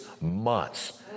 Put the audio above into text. months